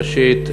ראשית,